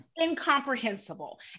incomprehensible